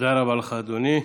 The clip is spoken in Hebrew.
תודה רבה לך, אדוני.